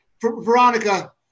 Veronica